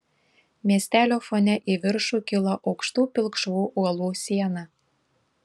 miestelio fone į viršų kilo aukštų pilkšvų uolų siena